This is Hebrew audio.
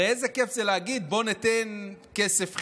הרי איזה כיף זה להגיד: בואו ניתן כסף חינם,